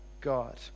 God